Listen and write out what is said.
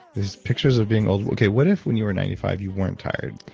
there's pictures of being old. okay, what if when you are ninety five you weren't tired?